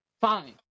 Fine